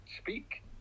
speak